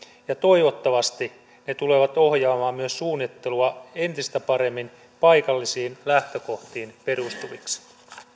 ja toivottavasti ne tulevat ohjaamaan myös suunnittelua entistä paremmin paikallisiin lähtökohtiin perustuviksi